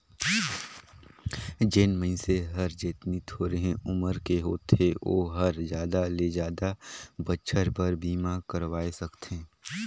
जेन मइनसे हर जेतनी थोरहें उमर के होथे ओ हर जादा ले जादा बच्छर बर बीमा करवाये सकथें